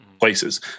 places